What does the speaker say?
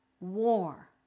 war